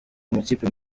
amakipe